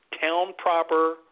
town-proper